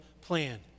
plan